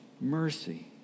mercy